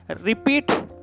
Repeat